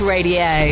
Radio